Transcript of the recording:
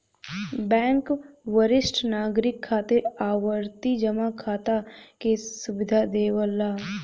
bank वरिष्ठ नागरिक खातिर आवर्ती जमा खाता क सुविधा देवला